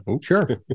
Sure